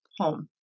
home